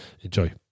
Enjoy